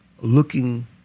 looking